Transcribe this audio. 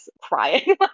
crying